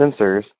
sensors